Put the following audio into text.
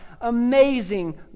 amazing